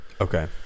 okay